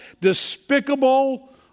despicable